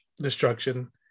destruction